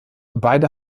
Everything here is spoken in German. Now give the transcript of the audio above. beide